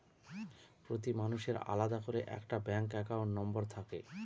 প্রতি মানুষের আলাদা করে একটা ব্যাঙ্ক একাউন্ট নম্বর থাকে